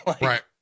right